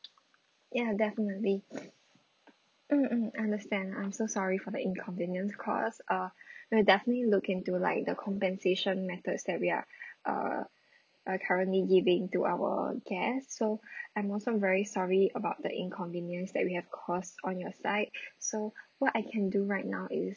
ya definitely mm mm understand I'm so sorry for the inconvenience caused uh we'll definitely look into like the compensation methods that we are uh uh currently giving to our guests so I'm also very sorry about the inconvenience that we have caused on your side so what I can do right now is